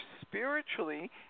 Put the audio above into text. spiritually